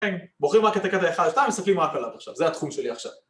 כן, בוחרים רק את הקטע האחד, אתה מסתכלים רק עליו עכשיו, זה התחום שלי עכשיו